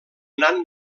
nan